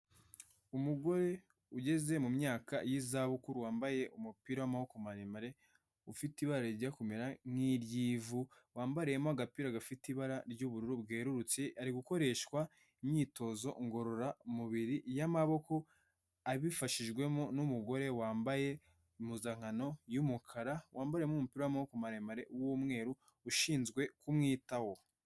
Umugore ugeze mu myaka y'izabukuru wambaye umupira w'maboko maremare, ufite ibara rijya kumera nk'iry'ivu, wambariyemo agapira gafite ibara ry'ubururu bwerurutse, ari gukoreshwa imyitozo ngororamubiri y'amaboko, abifashijwemo n'umugore wambaye impuzankano y'umukara, wambariyemo umupira w'amaboko maremare w'umweru ushinzwe kumwitaho.